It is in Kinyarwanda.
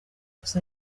gusa